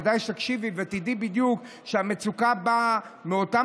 כדאי שתקשיבי ותדעי בדיוק שהמצוקה באה מאותם